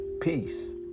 peace